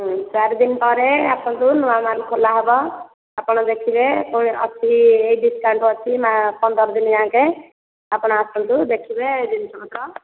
ଚାରିଦିନ ପରେ ଆସନ୍ତୁ ନୂଆ ମାଲ ଖୋଲା ହେବ ଆପଣ ଦେଖିବେ ପୁଣି ଅଛି ଡ଼ିସକାଉଣ୍ଟ ଅଛି ନା ପନ୍ଦର ଦିନ ଯାଙ୍କେ ଆପଣ ଆସନ୍ତୁ ଦେଖିବେ ଜିନିଷ ପତ୍ର